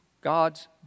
God's